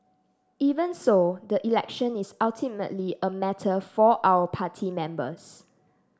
even so the election is ultimately a matter for our party members